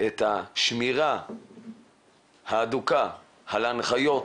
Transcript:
את השמירה ההדוקה על ההנחיות